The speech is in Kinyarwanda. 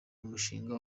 umushinga